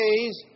days